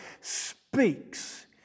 speaks